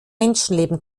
menschenleben